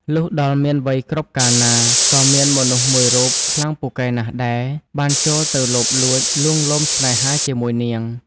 លុះដល់មានវ័យគ្រប់កាលណា ក៏មានមនុស្សមួយរូប ខ្លាំងពូកែណាស់ដែរ បានចូលទៅលបលួចលួងលោមស្នេហាជាមួយនាង។